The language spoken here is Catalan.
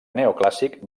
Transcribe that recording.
neoclàssic